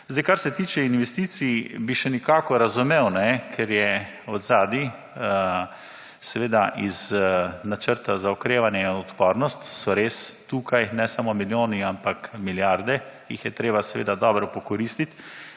kar se tiče investicij, bi še nekako razumel, ker je zadaj seveda iz načrta za okrevanje in odpornost so res tukaj ne samo milijoni, ampak milijarde, jih je treba seveda dobro pokoristiti